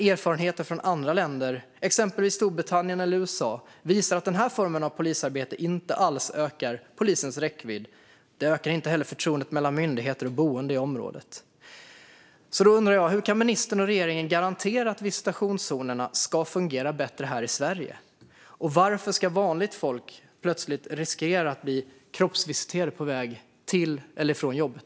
Erfarenheter från andra länder, exempelvis Storbritannien och USA, visar dock att den här formen av polisarbete inte alls ökar polisens räckvidd och inte heller ökar förtroendet mellan myndigheter och boende i området. Hur kan ministern och regeringen garantera att visitationszonerna ska fungera bättre här i Sverige? Varför ska vanligt folk plötsligt riskera att bli kroppsvisiterade på väg till eller från jobbet?